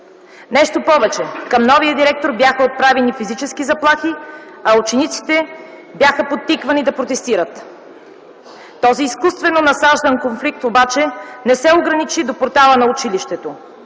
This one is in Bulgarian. Нещо повече. Към новия директор бяха отправени физически заплахи, а учениците бяха подтиквани да протестират. Този изкуствено насаждан конфликт обаче не се ограничи до портала на училището.